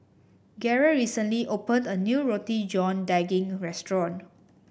Garey recently opened a new Roti John Daging restaurant